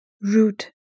root